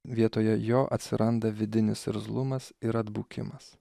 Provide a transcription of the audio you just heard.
vietoje jo atsiranda vidinis irzlumas ir atbukimas